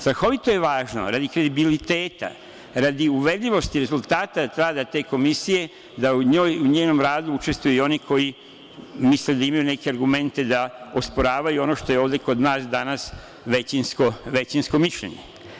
Strahovito je važno, radi kredibiliteta, radi uverljivosti rezultata rada te komisije da u njoj i njenom radu učestvuju i oni koji misle da imaju neke argumente da osporavaju ono što je ovde kod nas danas većinsko mišljenje.